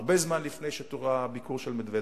הרבה זמן לפני הביקור של מדוודב.